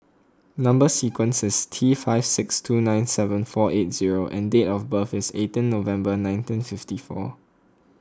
Number Sequence is T five six two nine seven four eight zero and date of birth is eighteen November nineteen fifty four